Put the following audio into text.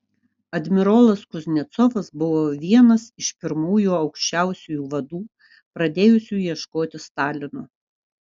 admirolas kuznecovas buvo vienas iš pirmųjų aukščiausiųjų vadų pradėjusių ieškoti stalino